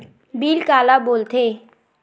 Bill काला बोल थे?